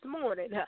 morning